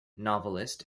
novelist